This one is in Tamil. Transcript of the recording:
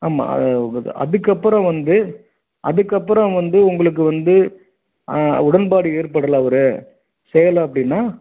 ஆமாம் அதா அதுக்கப்புறம் வந்து அதுக்கப்புறம் வந்து உங்களுக்கு வந்து உடன்பாடு ஏற்படலை அவர் செய்யலை அப்படின்னா